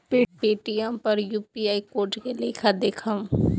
Paytm पर UPI code के लेखा देखम?